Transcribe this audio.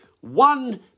One